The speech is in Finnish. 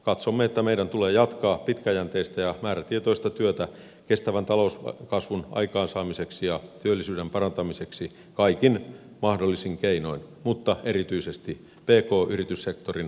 katsomme että meidän tulee jatkaa pitkäjänteistä ja määrätietoista työtä kestävän talouskasvun aikaansaamiseksi ja työllisyyden parantamiseksi kaikin mahdollisin keinoin mutta erityisesti pk yrityssektorin vahvistumisen kautta